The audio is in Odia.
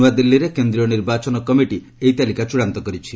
ନୂଆଦିଲ୍ଲୀରେ କେନ୍ଦ୍ରୀୟ ନିର୍ବାଚନ କମିଟି ଏହି ତାଲିକା ଚୂଡ଼ାନ୍ତ କରିଛି